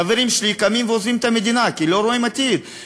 חברים שלי קמים ועוזבים את המדינה כי לא רואים עתיד,